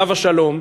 עליו השלום,